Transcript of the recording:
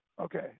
Okay